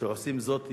שעושים זאת יום-יום.